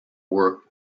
work